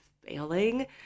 failing